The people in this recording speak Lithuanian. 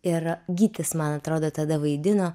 ir gytis man atrodo tada vaidino